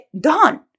done